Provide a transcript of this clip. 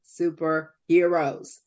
superheroes